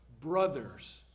brothers